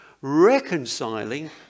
reconciling